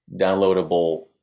downloadable